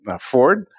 Ford